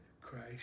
Christ